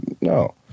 no